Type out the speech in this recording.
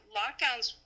lockdowns